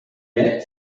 yet